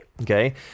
Okay